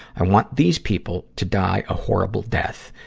i want these people to die a horrible death.